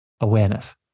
awareness